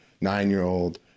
nine-year-old